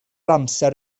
amser